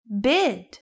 bid